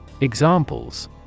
Examples